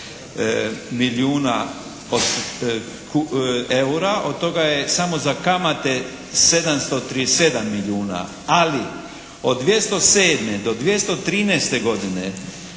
milijuna eura, od toga je samo za kamate 737 milijuna. Ali od 207. do 213. godine